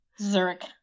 zurich